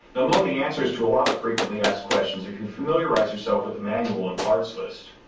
you'll know the answers to a lot of frequently-asked questions if you familiarize yourself with the manual and parts list.